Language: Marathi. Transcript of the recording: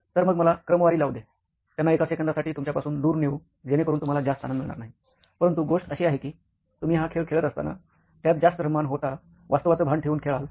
तर मग मला क्रमवारी लावू दे त्यांना एका सेकंदासाठी तुमच्यापासून दूर नेऊ जेणेकरून तुम्हाला जास्त आनंद मिळणार नाही परंतु गोष्ट अशी आहे की तुम्ही हा खेळ खेळत असताना त्यात जास्त रममान होता वास्तवाचं भान ठेवून खेळाल